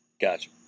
Gotcha